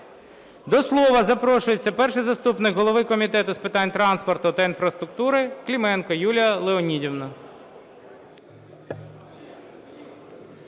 До слова запрошується перший заступник голови Комітету з питань транспорту та інфраструктури Клименко Юлія Леонідівна.